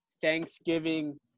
Thanksgiving